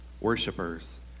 worshippers